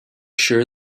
sure